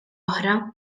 oħra